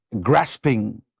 grasping